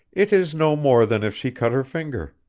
it is no more than if she cut her finger.